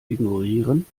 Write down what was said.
ignorieren